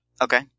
Okay